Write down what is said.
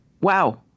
Wow